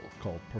Called